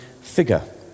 figure